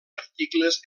articles